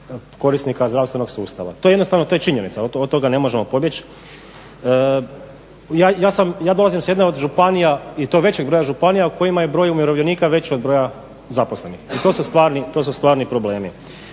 korisnika zdravstvenog sustava. To je jednostavno, to je činjenica, od toga ne možemo pobjeći. Ja sam, ja dolazim sa jedne od županija i to većeg broja županija u kojima je broj umirovljenika veći od broja zaposlenih i to su stvarni problemi.